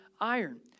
iron